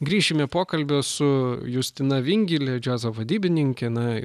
grįšime pokalbio su justina vingile džiazo vadybininke na